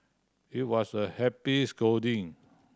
it was a happy scolding